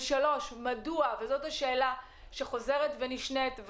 בנוגע לשאלה השלישית,